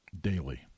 daily